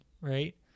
right